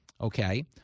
okay